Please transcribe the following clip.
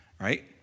Right